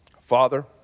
Father